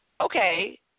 okay